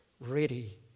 ready